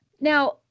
Now